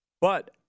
But-